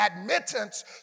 admittance